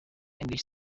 english